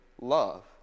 love